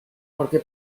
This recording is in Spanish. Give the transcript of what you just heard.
porque